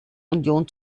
union